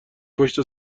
پشت